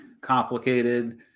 complicated